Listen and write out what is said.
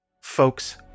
Folks